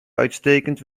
uitstekend